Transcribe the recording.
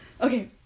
Okay